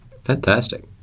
Fantastic